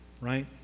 right